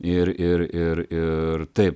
ir ir ir ir taip